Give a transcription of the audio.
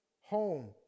home